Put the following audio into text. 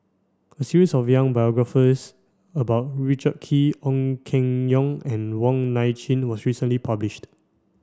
a series of biographies about Richard Kee Ong Keng Yong and Wong Nai Chin was recently published